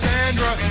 Sandra